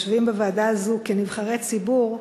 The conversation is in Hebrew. יושבים בוועדה הזו כנבחרי ציבור,